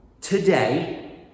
Today